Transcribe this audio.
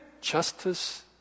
justice